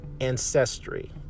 ancestry